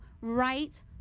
right